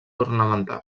ornamental